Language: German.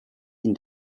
ihn